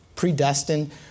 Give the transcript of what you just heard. predestined